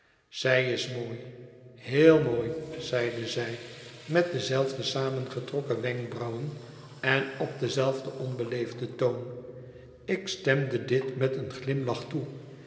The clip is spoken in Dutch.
zij is mooi heel mooi zeide zij met dezelfde samengetrokkene wenkbrauwen en op denzelfden onbeleefden toon ik stemde dit met een glimlach toe